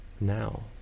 now